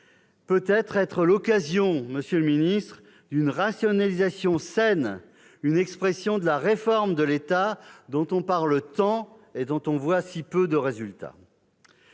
être l'occasion d'une rationalisation saine, une expression de la réforme de l'État dont on parle tant et dont on voit si peu de résultats.